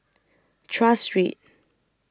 Tras Street